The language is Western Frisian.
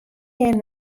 hjir